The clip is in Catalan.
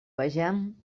vegem